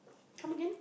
come again